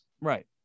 Right